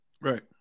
Right